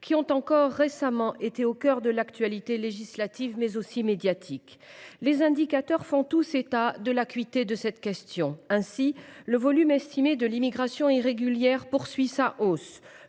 qui ont encore récemment été au cœur de l’actualité législative, mais aussi médiatique. Les indicateurs font tous état de l’acuité de cette question. Ainsi, le volume estimé de l’immigration irrégulière continue